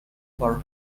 for